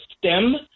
stem